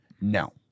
No